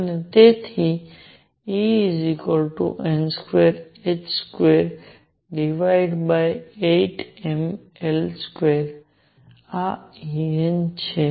અને તેથી En2h28mL2 આ En છે